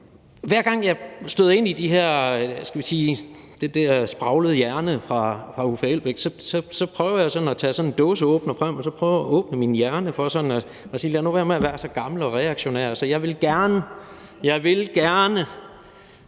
Hver gang jeg støder ind i den der, skal vi sige spraglede hjerne hos Uffe Elbæk, så prøver jeg at tage sådan en dåseåbner frem, prøver at åbne min hjerne for at sige, at jeg skal lade være med at være så gammel og reaktionær. Så jeg vil gerne